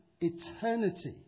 eternity